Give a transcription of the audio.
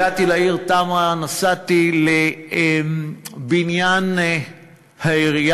הגעתי לעיר תמרה, נסעתי לבניין העירייה.